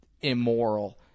immoral